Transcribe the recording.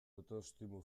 autoestimu